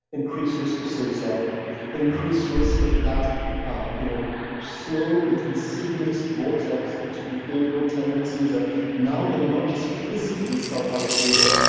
increased risk of suicide increased risk of that ah you know slow but insidious vortex into behavioral tendencies of now they're not just physically self-isolating,